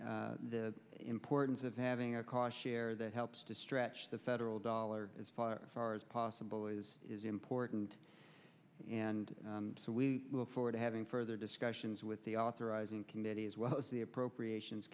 and the importance of having a car share that helps to stretch the federal dollar as far as far as possible is important and so we will forward to having further discussions with the authorizing committee as well as the appropriations